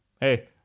hey